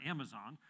Amazon